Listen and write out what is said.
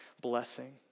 blessing